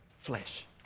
flesh